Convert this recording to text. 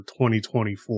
2024